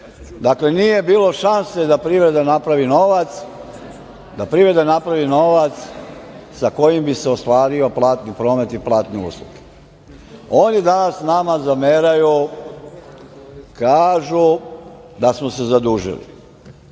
Dakle, nije bilo šanse da privreda napravi novac, sa kojim bi se ostvario platni promet i platne usluge. Oni danas nama zameraju, kažu da smo se zadužili,